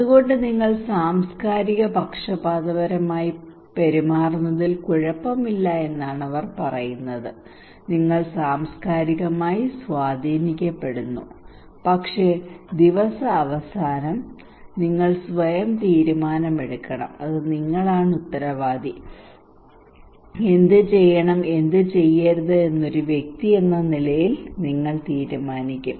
അതുകൊണ്ട് നിങ്ങൾ സാംസ്കാരിക പക്ഷപാതപരമായി പെരുമാറുന്നതിൽ കുഴപ്പമില്ല എന്നാണ് അവർ പറയുന്നത് നിങ്ങൾ സാംസ്കാരികമായി സ്വാധീനിക്കപ്പെടുന്നു പക്ഷേ ദിവസാവസാനം നിങ്ങൾ സ്വയം തീരുമാനമെടുക്കണം അത് നിങ്ങളാണ് ഉത്തരവാദി എന്ത് ചെയ്യണം എന്ത് ചെയ്യരുത് എന്ന് ഒരു വ്യക്തി എന്ന നിലയിൽ നിങ്ങൾ തീരുമാനിക്കും